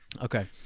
okay